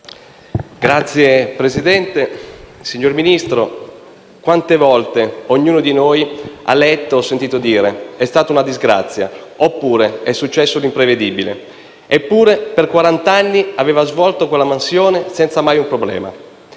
Signor Ministro, quante volte ognuno di noi ha letto o sentito dire: «È stata una disgrazia» oppure: «È successo l'imprevedibile» o, ancora, «Eppure per quarant'anni aveva svolto quella mansione senza mai un problema»?